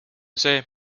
see